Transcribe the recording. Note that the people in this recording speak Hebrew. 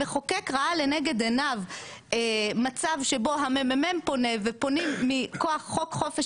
המחוקק ראה לנגד עיניו מצב שבו המ.מ.מ פונה ופונים מכוח חוק חופש